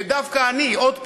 ודווקא אני, עוד הפעם,